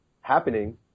happening